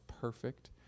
perfect